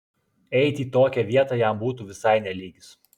eit į tokią vietą jam būtų visai ne lygis